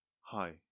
Hi